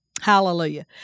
Hallelujah